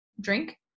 drink